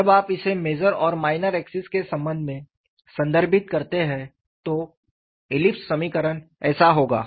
जब आप इसे मेजर और माइनर एक्सिस के संबंध में संदर्भित करते हैं तो ईलिप्स समीकरण ऐसा होगा